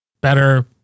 better